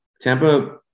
Tampa